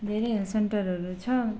धेरै हेल्थ सेन्टरहरू छ